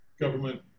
government